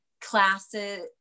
classes